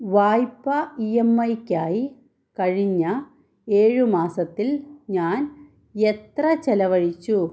വായ്പ E M ഐക്കായി കഴിഞ്ഞ ഏഴ് മാസത്തിൽ ഞാൻ എത്ര ചിലവഴിച്ചു